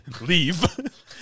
leave